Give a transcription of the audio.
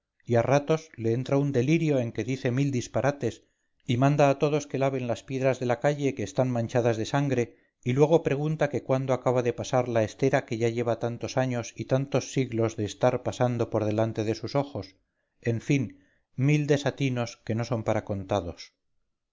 a ratos le entra un delirio en que dice mil disparates y manda a todos que laven las piedras de la calle que están manchadas de sangre y luego pregunta que cuándo acaba de pasar la estera que ya lleva tantos años y tantos siglos de estar pasandopor delante de sus ojos en fin mil desatinos que no son para contados